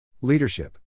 Leadership